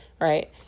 right